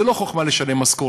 זאת לא חוכמה רק לשלם משכורת,